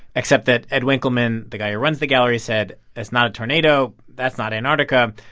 except that ed winkleman, the guy who runs the gallery, said that's not a tornado, that's not antarctica,